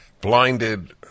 blinded